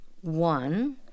One